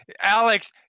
Alex